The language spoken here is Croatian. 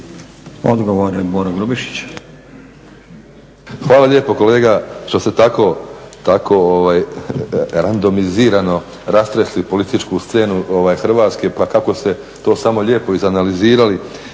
**Grubišić, Boro (HDSSB)** Hvala lijepa kolega da se tako randomizirano rastresli političku scenu Hrvatske pa kako ste to samo lijepo iz analizirali